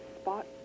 spot